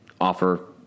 offer